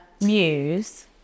muse